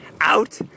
out